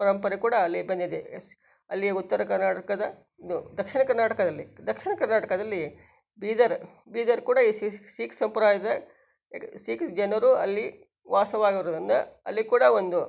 ಪರಂಪರೆ ಕೂಡ ಅಲ್ಲಿ ಬಂದಿದೆ ಎಸ್ ಅಲ್ಲಿಯ ಉತ್ತರ ಕರ್ನಾಟಕದ ಇದು ದಕ್ಷಿಣ ಕರ್ನಾಟಕದಲ್ಲಿ ದಕ್ಷಿಣ ಕರ್ನಾಟಕದಲ್ಲಿ ಬೀದರ್ ಬೀದರ್ ಕೂಡ ಈ ಸಿ ಸಿಖ್ ಸಂಪ್ರದಾಯದ ಸಿಖ್ ಜನರು ಅಲ್ಲಿ ವಾಸವಾಗಿರುವುದರಿಂದ ಅಲ್ಲಿ ಕೂಡ ಒಂದು